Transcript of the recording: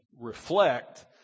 reflect